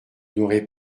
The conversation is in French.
n’aurez